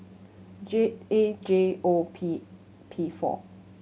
J A J O P P four